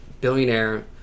billionaire